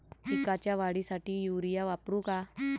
पिकाच्या वाढीसाठी युरिया वापरू का?